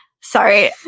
sorry